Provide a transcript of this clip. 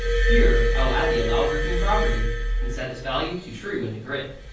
here i will add the allow grouping property and set its value to true in the grid.